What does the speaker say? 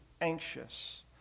anxious